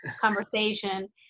conversation